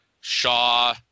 Shaw